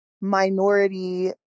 minority